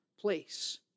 place